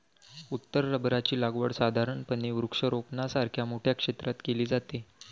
उत्तर रबराची लागवड साधारणपणे वृक्षारोपणासारख्या मोठ्या क्षेत्रात केली जाते